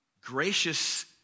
Gracious